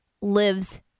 lives